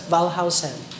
Valhausen